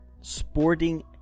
sporting